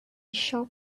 shop